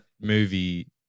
movie